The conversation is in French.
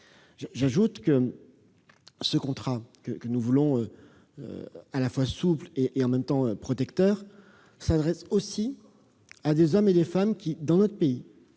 signataires. Ce contrat, que nous voulons à la fois souple et protecteur, s'adresse aussi à des hommes et des femmes qui, dans notre pays,